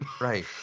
Right